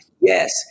Yes